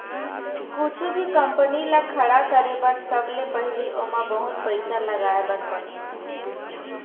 कुछु भी कंपनी ल खड़ा करे बर सबले पहिली ओमा बहुत पइसा लगाए बर परथे